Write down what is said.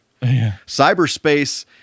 Cyberspace